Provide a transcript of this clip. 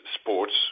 sports